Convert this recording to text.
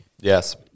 Yes